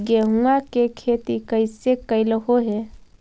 गेहूआ के खेती कैसे कैलहो हे?